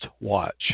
watch